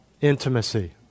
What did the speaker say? intimacy